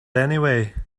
anyway